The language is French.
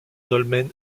dolmen